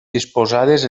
disposades